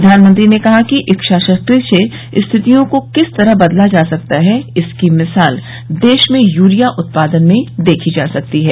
प्रधानमंत्री ने कहा कि इच्छाशक्ति से स्थितियों को किस तरह बदला जा सकता है इसकी मिसाल देश में यूरिया उत्पादन में देखी जा सकती है